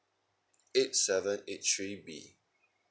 eight seven eight three B